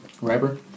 Rapper